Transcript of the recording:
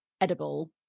edible